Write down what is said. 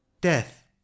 Death